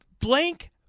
blank